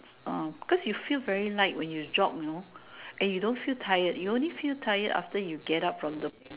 orh cause you feel very light when you jog know and you don't feel tired you only feel tired after you get up from the